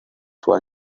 one